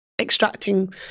extracting